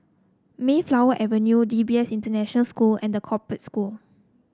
Mayflower Avenue D P S International School and The Corporate School